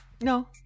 No